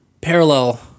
parallel